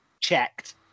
checked